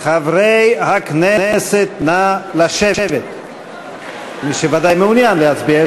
חברי הכנסת, נא לשבת, בוודאי מי שמעוניין להצביע.